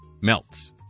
melts